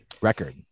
record